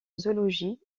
zoologie